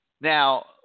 Now